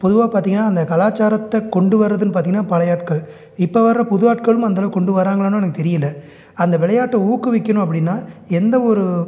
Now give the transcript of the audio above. பொதுவாக பார்த்தீங்கன்னா அந்த கலாச்சாரத்தைக் கொண்டு வரதுன்னு பாத்தீங்கன்னா பழைய ஆட்கள் இப்போ வர புது ஆட்களும் அந்தளவுக்கு கொண்டு வராங்களானும் எனக்கு தெரியலை அந்த விளையாட்டை ஊக்குவிக்கணும் அப்படின்னா எந்த ஒரு